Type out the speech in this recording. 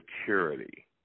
security